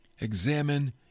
Examine